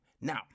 now